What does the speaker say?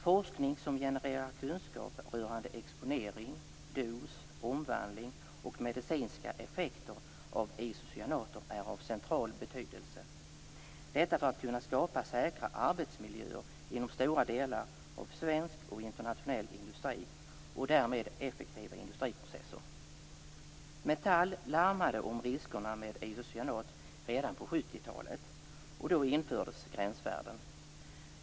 Forskning som genererar kunskap rörande exponering, dos, omvandling och medicinska effekter av isocyanater är av central betydelse för att kunna skapa säkra arbetsmiljöer inom stora delar av svensk och internationell industri och därmed effektiva industriprocesser. Metall larmade om riskerna med isocyanat redan på 70-talet, och då infördes gränsvärden.